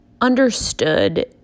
understood